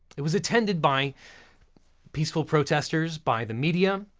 it was attended by peaceful protesters, by the media.